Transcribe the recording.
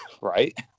right